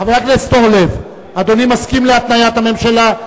חבר הכנסת אורלב, אדוני מסכים להתניית הממשלה?